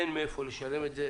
אין מאיפה לשלם את זה.